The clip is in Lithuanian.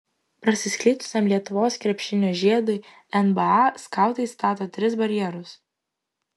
prasiskleidusiam lietuvos krepšinio žiedui nba skautai stato tris barjerus